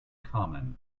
common